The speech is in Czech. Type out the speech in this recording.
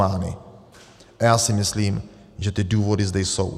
A já si myslím, že ty důvody zde jsou.